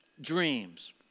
dreams